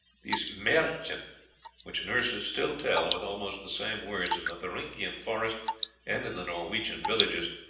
these mahrchen which nurses still tell, with almost the same words, in the thuringian forest and in the norwegian villages,